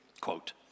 Quote